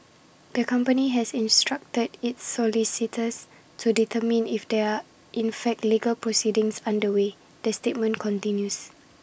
the company has instructed its solicitors to determine if there are in fact legal proceedings underway the statement continues